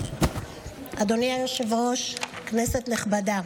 אדוני היושב-ראש, כנסת נכבדה,